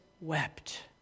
wept